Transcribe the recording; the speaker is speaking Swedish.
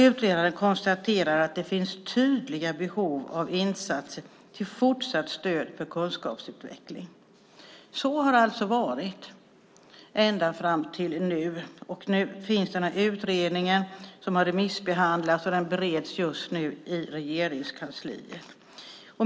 Utredaren konstaterar att det finns tydliga behov av insatser till fortsatt stöd för kunskapsutveckling. Så har det alltså varit ända fram till nu. Denna utredning har remissbehandlats och bereds just nu i Regeringskansliet.